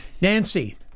Nancy